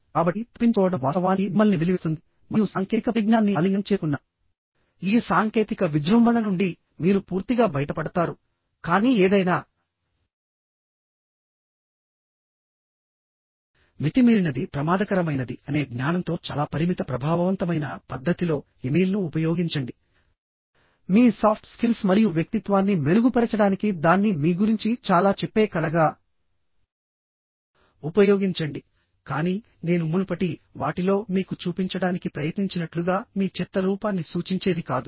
కాబట్టి తప్పించుకోవడం వాస్తవానికి మిమ్మల్ని వదిలివేస్తుంది మరియు సాంకేతిక పరిజ్ఞానాన్ని ఆలింగనం చేసుకున్న ఈ సాంకేతిక విజృంభణ నుండి మీరు పూర్తిగా బయటపడతారుకానీ ఏదైనా మితిమీరినది ప్రమాదకరమైనది అనే జ్ఞానంతో చాలా పరిమిత ప్రభావవంతమైన పద్ధతిలో ఇమెయిల్ను ఉపయోగించండిమీ సాఫ్ట్ స్కిల్స్ మరియు వ్యక్తిత్వాన్ని మెరుగుపరచడానికి దాన్ని మీ గురించి చాలా చెప్పే కళగా ఉపయోగించండి కానీ నేను మునుపటి వాటిలో మీకు చూపించడానికి ప్రయత్నించినట్లుగా మీ చెత్త రూపాన్ని సూచించేది కాదు